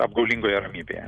apgaulingoje ramybėje